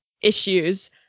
issues